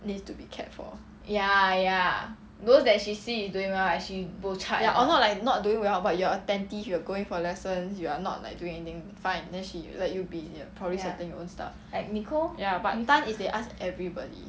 need to be cared for ya or not like not doing well but you are attentive you were going for lessons you are not like doing anything fine then she let you be here probably settle your own stuff ya but tan is they asked everybody